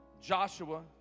Joshua